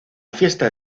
fiesta